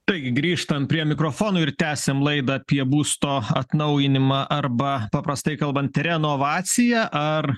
taigi grįžtam prie mikrofonų ir tęsiam laidą apie būsto atnaujinimą arba paprastai kalbant renovaciją ar